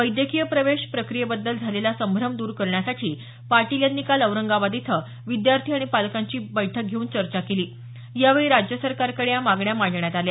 वैद्यकीय प्रवेश प्रक्रियेबद्दल झालेला संभ्रम दूर करण्यासाठी पाटील यांनी काल औरंगाबाद इथं विद्यार्थी आणि पालकांची बैठक घेऊन चर्चा केली यावेळी राज्य सरकारकडे या मागण्या मांडण्यात आल्या